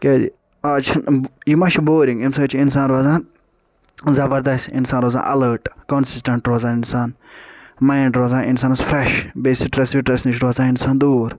تِکیٛازِ آز چھِنہٕ یہِ ما چھُ بورِنٛگ اَمہِ سۭتۍ چھُ اِنسان روزان زبردست انسان روزان اَلٔرٹ کونسِسٹیٚنٹ روزان انسان ماینڈ روزان انسانَس فرٛیٚش بییٚہِ سٹرس وٹرس نِش روزان اِنسان دوٗر